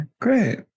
great